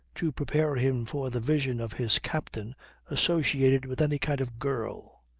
to prepare him for the vision of his captain associated with any kind of girl.